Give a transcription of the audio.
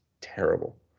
terrible